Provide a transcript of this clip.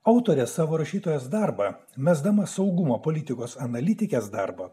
autorė savo rašytojas darbą mesdamas saugumo politikos analitikės darbą